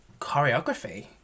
choreography